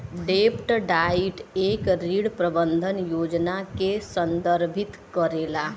डेब्ट डाइट एक ऋण प्रबंधन योजना के संदर्भित करेला